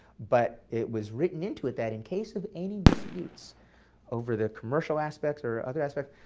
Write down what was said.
but it was written into it that, in case of any disputes over the commercial aspects or other aspects,